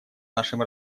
нашем